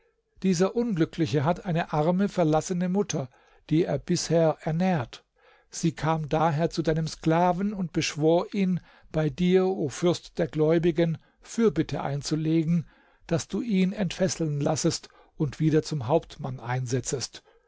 dieser unglückliche hat eine arme verlassene mutter die er bisher ernährt sie kam daher zu deinem sklaven und beschwor ihn bei dir o fürst der gläubigen fürbitte einzulegen daß du ihn entfesseln lassest und wieder zum hauptmann einsetzest